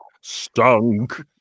Stunk